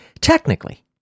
technically